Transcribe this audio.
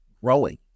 growing